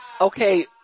Okay